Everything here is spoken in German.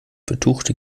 betuchte